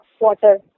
water